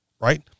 right